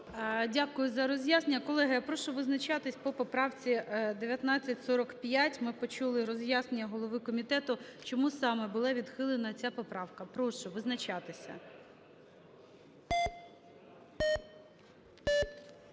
Дякую за роз'яснення. Колеги, я прошу визначатись по поправці 1945. Ми почули роз'яснення голови комітету, чому саме була відхилена ця поправка. Прошу визначатися.